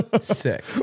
sick